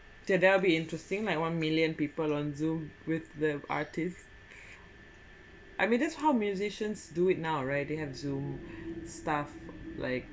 there will be interesting like one million people on zoom with the artists I mean that's how musicians do it now right they have zoom stuff like